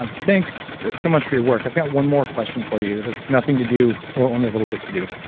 ah thanks so much for your work. i've got one more question for you, it's nothing to do. well, only a little bit to do,